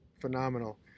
Phenomenal